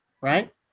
right